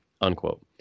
unquote